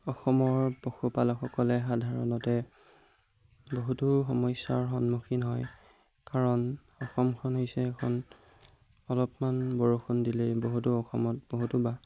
অসমৰ পশুপালকসকলে সাধাৰণতে বহুতো সমস্যাৰ সন্মুখীন হয় কাৰণ অসমখন হৈছে এখন অলপমান বৰষুণ দিলেই বহুতো অসমত বহুতো বাস